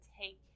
take